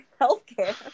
healthcare